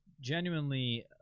genuinely